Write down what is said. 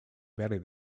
very